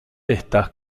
estas